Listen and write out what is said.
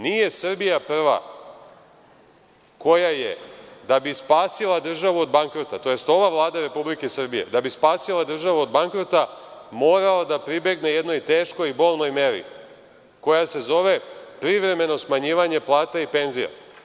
Nije Srbija prva koja je, da bi spasila državu od bankrota, tj. ova Vlada Republike Srbije, da bi spasila državu od bankrota morala da pribegne jednoj teškoj, bolnoj meri, koja se zove privremeno smanjivanje plata i penzija.